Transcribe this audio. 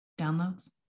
downloads